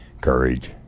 courage